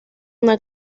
una